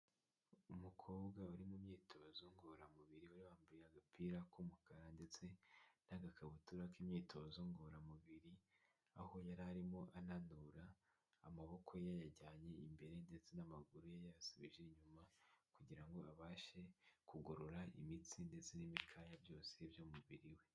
Umukobwa uri mu myitozo ngororamubiri we wambaye agapira k'umukara ndetse n'agakabutura k'imyitozo ngororamubiri aho yari arimo ananura amaboko ye ayajyanye imbere ndetse n'amaguru ye yasubije inyuma kugira ngo abashe kugorora imitsi ndetse n'ibikaya byose by'umubiri we.